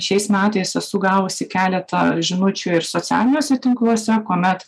šiais metais esu gavusi keletą žinučių socialiniuose tinkluose kuomet